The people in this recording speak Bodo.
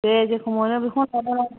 दे जेखौ मोनो बेखौनो संलाबाय